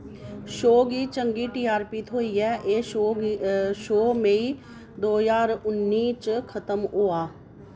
show गी चंगी TRP थ्होई ऐ एह् शो गी शो मेई दो ज्हार उन्नी च खतम होआ